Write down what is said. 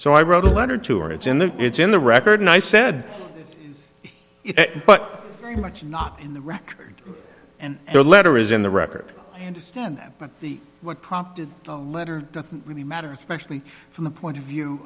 so i wrote a letter to her it's in there it's in the record and i said it but much not in the record and the letter is in the record i understand that but the what prompted the letter doesn't really matter especially from the point of view